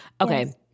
okay